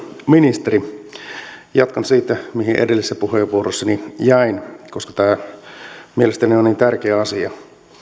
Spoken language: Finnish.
ministeri jatkan siitä mihin edellisessä puheenvuorossani jäin koska tämä mielestäni on niin tärkeä asia